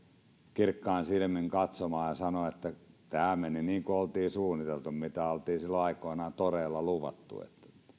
kirkkain silmin katsomaan ja sanomaan että tämä meni niin kuin oltiin suunniteltu mitä oltiin silloin aikoinaan toreilla luvattu